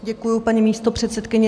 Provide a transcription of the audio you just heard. Děkuji, paní místopředsedkyně.